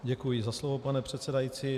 Děkuji za slovo, pane předsedající.